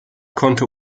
konnte